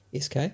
SK